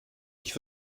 ich